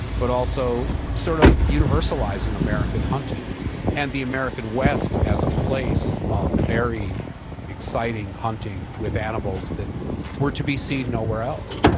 but also sort of universalizing american hunting and the american west as a place of very exciting hunting with animals that were to be seen nowhere else.